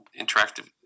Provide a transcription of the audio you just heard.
Interactive